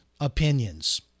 opinions